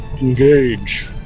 Engage